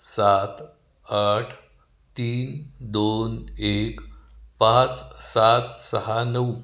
सात आठ तीन दोन एक पाच सात सहा नऊ